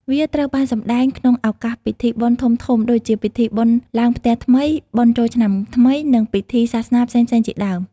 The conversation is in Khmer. វាត្រូវបានសម្តែងក្នុងឱកាសពិធីបុណ្យធំៗ ដូចជាពិធីបុណ្យឡើងផ្ទះថ្មី បុណ្យចូលឆ្នាំថ្មី និងពិធីសាសនាផ្សេងៗជាដើម។